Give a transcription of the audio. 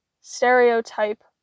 stereotype